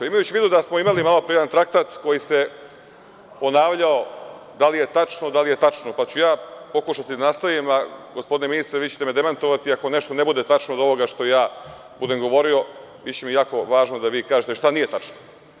Imajući u vidu da smo imali malo pre jedan traktat koji se ponavljao, da li je tačno, da je tačno, pa ću ja pokušati da nastavim, a gospodine ministre vi ćete me demantovati ako nešto ne bude tačno od ovoga što ja budem govorio, biće mi jako važno da vi kažete šta nije tačno.